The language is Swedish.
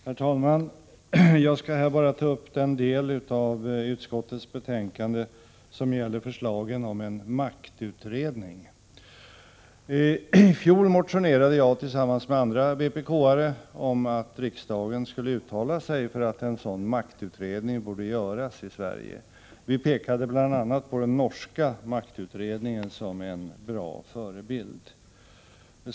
Herr talman! Jag skall här bara ta upp den del av utskottets betänkande som gäller förslagen om en maktutredning. I fjol motionerade jag tillsammans med andra vpk-are om att riksdagen skulle uttala sig för att en sådan maktutredning borde göras i Sverige. Vi pekade bl.a. på den norska maktutredningen som en bra förebild.